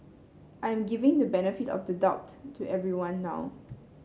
I am giving the benefit of the doubt to everyone now